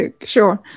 Sure